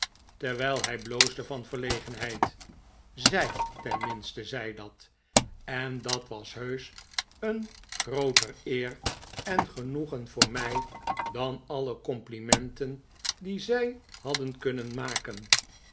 terwijl hij bloosde van verlegenheid t zij tenminste zei dat en dat was heusch een grooter eer en genoegen voor mij dan alle complimenten die zij hadden kunnen maken